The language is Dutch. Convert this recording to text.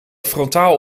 frontaal